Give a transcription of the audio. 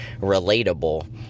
relatable